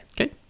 Okay